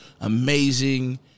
amazing